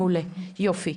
מעולה, יופי.